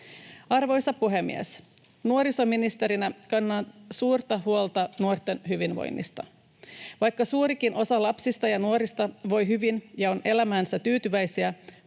Arvoisa puhemies! Nuorisoministerinä kannan suurta huolta nuorten hyvinvoinnista. Vaikka suurikin osa lapsista ja nuorista voi hyvin ja on elämäänsä tyytyväisiä,